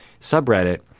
subreddit